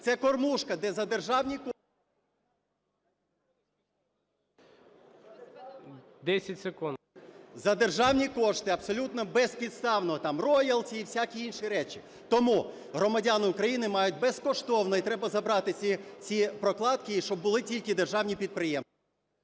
ПАПІЄВ М.М. За державні кошти абсолютно безпідставно там роялті і всякі інші речі. Тому громадяни України мають безкоштовно, і треба забрати ці прокладки, і щоб були тільки державні підприємства.